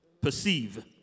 perceive